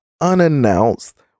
unannounced